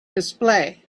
display